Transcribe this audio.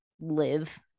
live